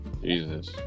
Jesus